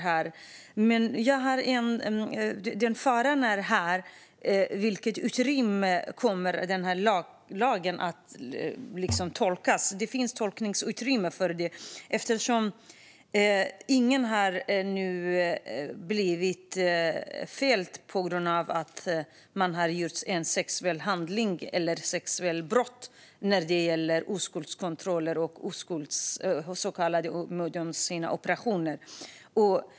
Men jag har en farhåga gällande vilket tolkningsutrymme som kommer att finnas i lagen. Ännu har ingen blivit fälld för att ha begått en sexuell handling eller ett sexualbrott i samband med oskuldskontroller och så kallade mödomshinneoperationer.